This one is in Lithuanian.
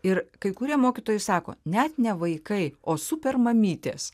ir kai kurie mokytojai sako net ne vaikai o supermamytės